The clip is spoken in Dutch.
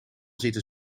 zitten